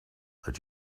that